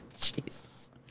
Jesus